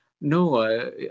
No